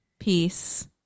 peace